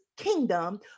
kingdom